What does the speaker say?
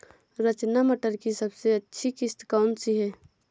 रचना मटर की सबसे अच्छी किश्त कौन सी है?